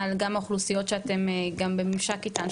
גם על האוכלוסיות שאתם גם בממשק איתן,